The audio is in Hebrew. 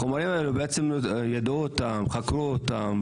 החומרים האלה חקרו אותם,